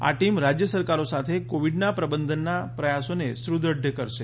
આ ટીમ રાજ્ય સરકારો સાથે કોવિડના પ્રબંધનના પ્રયાસોને સુદૃઢ કરશે